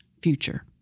future